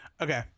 Okay